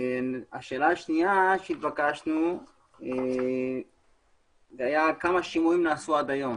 השאלה השנייה שהתבקשנו הייתה כמה שימועים נעשו עד היום